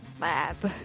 lab